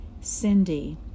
Cindy